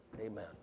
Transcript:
amen